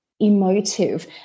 Emotive